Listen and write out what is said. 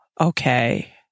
okay